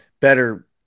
better